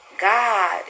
God